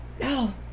No